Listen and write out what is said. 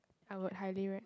I would highly rec~